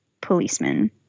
policeman